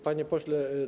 Panie Pośle!